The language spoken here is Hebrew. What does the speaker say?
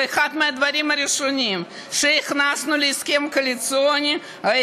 ואחד הדברים הראשונים שהכנסנו להסכם הקואליציוני היה